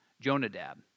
Jonadab